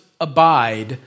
abide